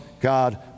God